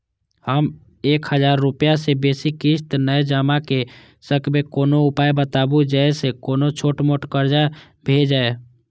हम एक हजार रूपया से बेसी किस्त नय जमा के सकबे कोनो उपाय बताबु जै से कोनो छोट मोट कर्जा भे जै?